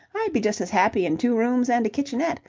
i'd be just as happy in two rooms and a kitchenette,